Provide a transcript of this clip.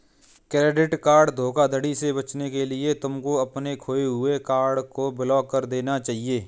credit card धोखाधड़ी से बचने के लिए तुमको अपने खोए हुए कार्ड को ब्लॉक करा देना चाहिए